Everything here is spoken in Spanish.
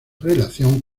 relación